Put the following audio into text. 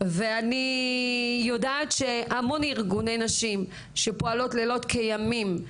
ואני יודעת שהמון ארגוני נשים שפועלות לילות כימים,